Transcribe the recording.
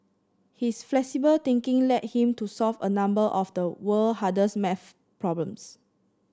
his flexible thinking led him to solve a number of the world hardest maths problems